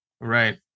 Right